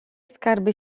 skarby